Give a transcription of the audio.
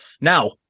Now